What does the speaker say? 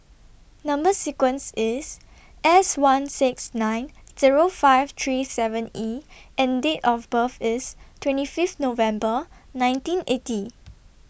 Number sequence IS S one six nine Zero five three seven E and Date of birth IS twenty five November nineteen eighty